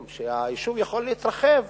שהיישוב יכול להתרחב